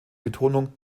betonung